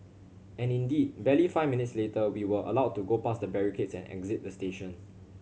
and indeed barely five minutes later we were allowed to go past the barricades and exit the station